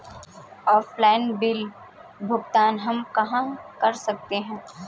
Offline bill भुगतान हम कहां कर सकते हैं?